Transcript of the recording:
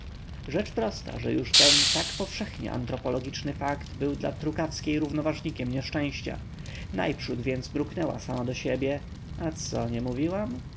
rzecz prosta że już ten tak powszechnie antropologiczny fakt był dla trukawskiej równoważnikiem nieszczęścia najprzód więc mruknęła sama do siebie a co nie mówiłam